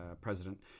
president